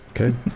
Okay